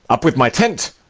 up with my tent!